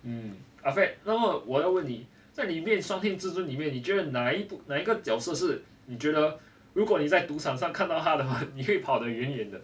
um after that 我要问你在里面双天至尊里面你觉得哪一部哪一个角色是你觉得如果你在赌场上看到他的话你可以跑得远远的